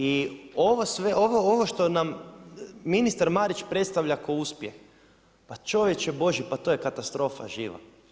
I ovo što nam ministar Marić predstavlja kao uspjeh, pa čovječe božji pa to je katastrofa živa.